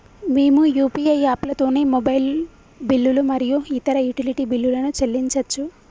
మేము యూ.పీ.ఐ యాప్లతోని మొబైల్ బిల్లులు మరియు ఇతర యుటిలిటీ బిల్లులను చెల్లించచ్చు